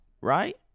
right